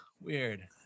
Weird